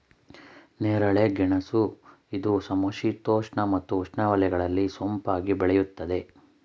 ನೇರಳೆ ಗೆಣಸು ಇದು ಸಮಶೀತೋಷ್ಣ ಮತ್ತು ಉಷ್ಣವಲಯಗಳಲ್ಲಿ ಸೊಂಪಾಗಿ ಬೆಳೆಯುತ್ತದೆ